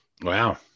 Wow